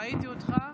ראיתי אותך.